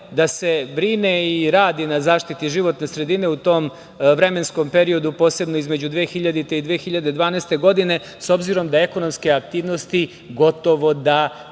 da se brine i radi na zaštiti životne sredine u tom vremenskom periodu, posebno između 2000. i 2012. godine, s obzirom da ekonomskih aktivnosti gotovo da